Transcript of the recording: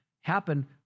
happen